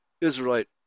Israelite